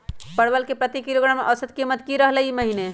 परवल के प्रति किलोग्राम औसत कीमत की रहलई र ई महीने?